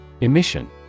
Emission